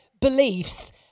beliefs